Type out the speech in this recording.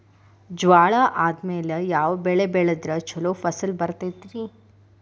ಜ್ವಾಳಾ ಆದ್ಮೇಲ ಯಾವ ಬೆಳೆ ಬೆಳೆದ್ರ ಛಲೋ ಫಸಲ್ ಬರತೈತ್ರಿ?